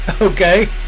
Okay